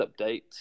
update